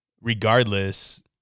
regardless